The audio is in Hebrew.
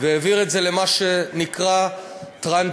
והעביר את זה למה שנקרא טרנס-ג'ורדן.